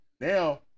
now